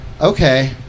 Okay